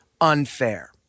unfair